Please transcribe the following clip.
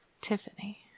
Tiffany